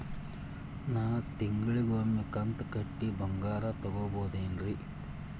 ನಾ ತಿಂಗಳಿಗ ಒಮ್ಮೆ ಕಂತ ಕಟ್ಟಿ ಬಂಗಾರ ತಗೋಬಹುದೇನ್ರಿ?